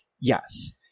Yes